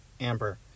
Amber